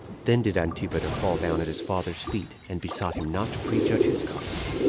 then did antipater fall down at his father's feet, and besought him not to prejudge his cause,